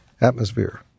atmosphere